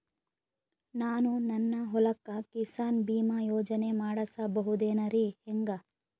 ನಾನು ನನ್ನ ಹೊಲಕ್ಕ ಕಿಸಾನ್ ಬೀಮಾ ಯೋಜನೆ ಮಾಡಸ ಬಹುದೇನರಿ ಹೆಂಗ?